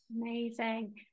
Amazing